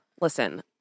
listen